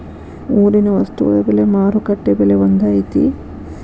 ಊರಿನ ವಸ್ತುಗಳ ಬೆಲೆ ಮಾರುಕಟ್ಟೆ ಬೆಲೆ ಒಂದ್ ಐತಿ?